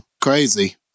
Crazy